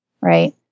right